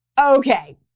Okay